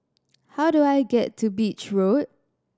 how do I get to Beach Road